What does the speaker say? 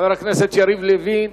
חבר הכנסת יריב לוין.